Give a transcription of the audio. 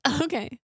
okay